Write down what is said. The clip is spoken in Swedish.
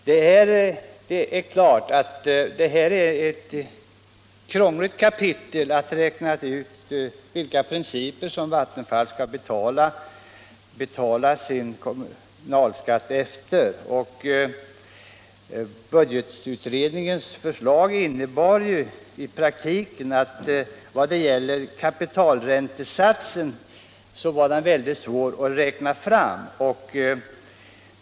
Det är klart att det är krångligt att räkna ut efter vilka principer Vattenfall skall betala kommunalskatt, och budgetutredningens förslag innebar i praktiken att kapitalräntesatsen var väldigt svår att räkna fram.